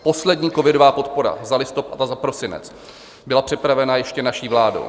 Poslední covidová podpora za listopad a za prosinec byla připravena ještě naší vládou.